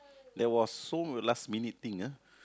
there was so last minute thing ah